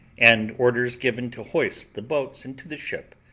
and orders given to hoist the boats into the ship,